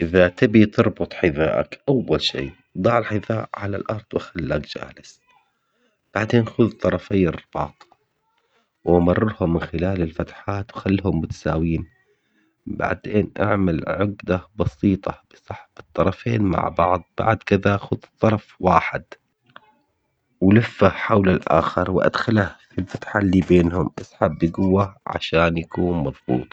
إذا تبي تربط حذاءك أول شي ضع الحذاء على الأرض وخلك جالس، بعدين خذ طرفي الرباط ومررهم من خلال الفتحات وخلهم متساويين، بعدين اعمل عقدة بسيطة بسحب الطرفين مع بعض بعد كدة خذ طرف واحد ولفه حول الآخر وأدخله في الفتحة اللي بينهم اسحب بقوة عشان يكون مظبوط.